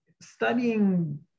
studying